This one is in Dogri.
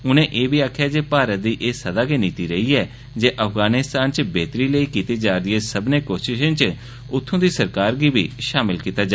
उनें एह् बी आक्खेआ जे भारत दी एह् सदा गै नीति रेही ऐ जे अफगानिस्तान च बेहतरी लेई कीती जा'रदी सब्मनें कोशिशें च उत्थूं दी सरकार गी बी शामल कीता जा